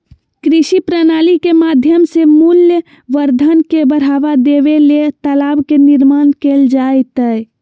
कृषि प्रणाली के माध्यम से मूल्यवर्धन के बढ़ावा देबे ले तालाब के निर्माण कैल जैतय